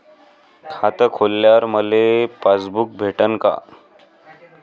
खातं खोलल्यावर मले पासबुक भेटन का?